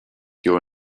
your